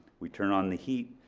we turn on the heat.